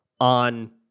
on